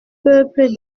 peuple